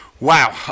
Wow